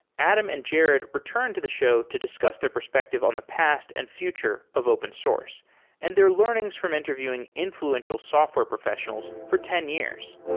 adam and jerod return to the show to discuss their perspective on the past and future of open source and their learnings from interviewing influential software professionals for ten years.